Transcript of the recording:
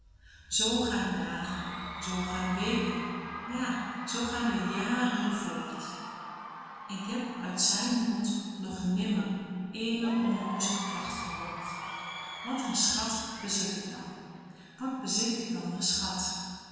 zoo gaan dagen zoo gaan weken ja zoo gaan er jaren voort en k heb uit zijn mond nog nimmer ééne onnoozele klacht gehoord wat een schat bezit ik dan wat bezit ik dan een schat